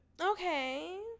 Okay